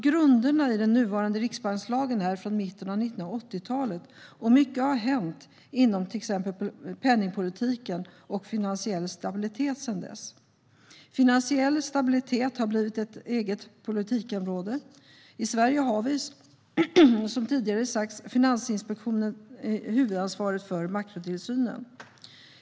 Grunderna i den nuvarande riksbankslagen är från mitten av 1980-talet, och mycket har hänt inom till exempel penningpolitiken och finansiell stabilitet sedan dess. Finansiell stabilitet har blivit ett eget politikområde. I Sverige har, som tidigare sagts, Finansinspektionen huvudansvaret för makrotillsynen.